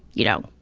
you know,